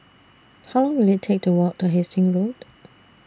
How Long Will IT Take to Walk to Hastings Road